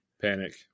Panic